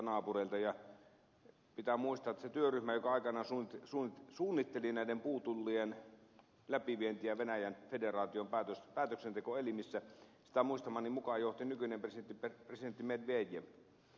ja pitää muistaa että sitä työryhmää joka aikanaan suunnitteli näiden puutullien läpivientiä venäjän federaation päätöksentekoelimissä muistamani mukaan johti nykyinen presidentti medvedev